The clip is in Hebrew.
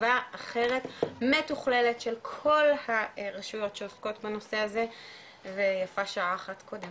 חשיבה אחרת מתוכללת של הרשויות שעוסקות בנושא הזה ויפה שעה אחת קודם.